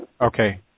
Okay